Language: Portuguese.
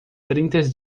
trinta